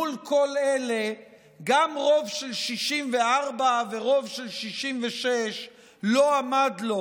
מול כל אלה גם רוב של 64 ורוב של 66 לא עמד לו,